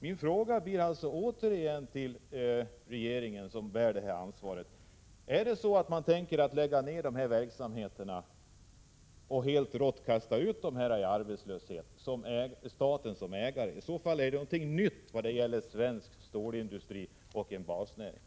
Min fråga till regeringen, som bär ägaransvaret, blir alltså: Tänker man lägga ner dessa verksamheter och helt rått kasta människor ut i arbetslöshet? I så fall är det någonting nytt vad gäller svensk stålindustri, en basindustri.